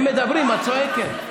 הם מדברים, את צועקת.